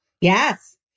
Yes